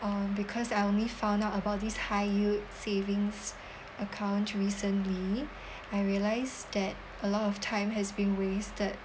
um because I only found out about this high yield savings account recently I realised that a lot of time has been wasted